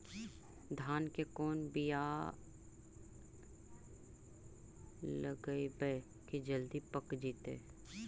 धान के कोन बियाह लगइबै की जल्दी पक जितै?